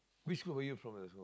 which school were you from